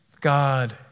God